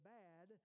bad